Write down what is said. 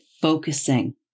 focusing